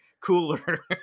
cooler